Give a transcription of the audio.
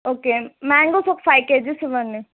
okay mangoes ఒక five kgs ఇవ్వండి